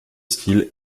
style